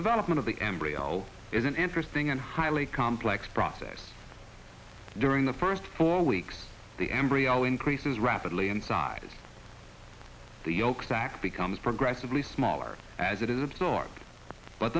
development of the embryo is an interesting and highly complex process during the first four weeks the embryo increases rapidly inside the yolk sac becomes progressively smaller as it is absorbed but